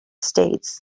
states